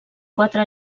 quatre